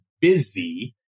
busy